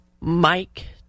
Mike